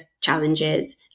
challenges